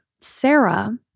Sarah